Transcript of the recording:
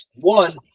one